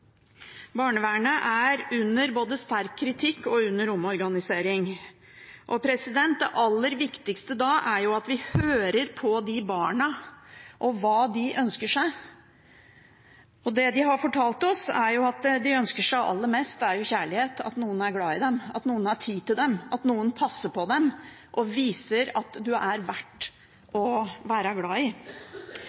Barnevernet er under både sterk kritikk og omorganisering, og det aller viktigste da er at vi hører på de barna og hva de ønsker seg. Og det de har fortalt oss, er at det de ønsker seg aller mest, er kjærlighet, at noen er glade i dem, at noen har tid til dem, og at noen passer på dem og viser at de er verdt å være glad i.